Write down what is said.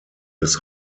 des